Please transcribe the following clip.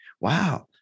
Wow